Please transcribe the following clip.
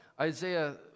Isaiah